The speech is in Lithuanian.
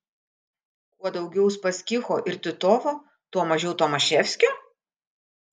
kuo daugiau uspaskicho ir titovo tuo mažiau tomaševskio